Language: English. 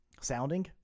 Sounding